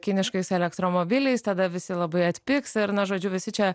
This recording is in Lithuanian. kiniškais elektromobiliais tada visi labai atpigs ir na žodžiu visi čia